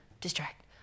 distract